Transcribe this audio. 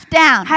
down